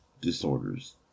disorders